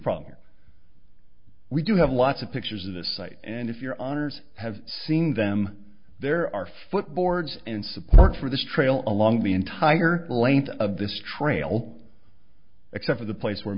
problem here we do have lots of pictures of this site and if your honour's have seen them there are foot boards in support for this trail along the entire length of this trail except for the place where